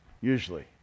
usually